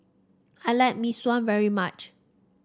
I like Mee Sua very much